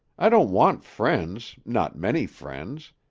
i don't want friends, not many friends.